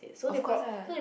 of course lah